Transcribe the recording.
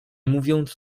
mówiąc